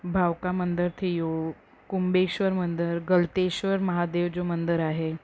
भावका मंदरु थी वियो कुंभेश्वर मंदरु गल्टेश्वर महादेव जो मंदरु आहे